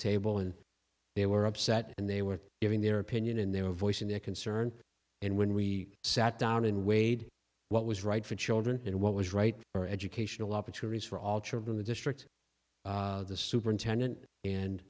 table and they were upset and they were giving their opinion and they were voicing their concern and when we sat down and weighed what was right for children and what was right for educational opportunities for all children the district the superintendent and